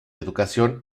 educación